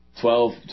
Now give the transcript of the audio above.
twelve